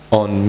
on